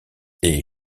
est